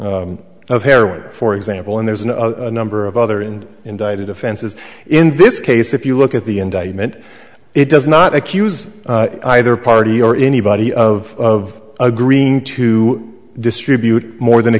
of heroin for example and there's a number of other and indicted offenses in this case if you look at the indictment it does not accuse either party or anybody of agreeing to distribute more than a